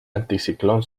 anticiclón